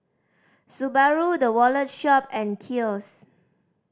Subaru The Wallet Shop and Kiehl's